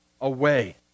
away